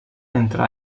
entre